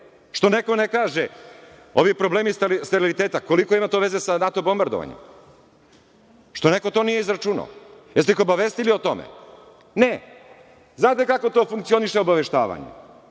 Što neko ne kaže - ovi problemi steriliteta, koliko to ima veze sa NATO bombardovanjem? Što neko to nije izračunao? Jeste li ih obavestili o tome? Ne. Znate kako funkcioniše to obaveštavanje?